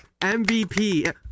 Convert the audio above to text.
MVP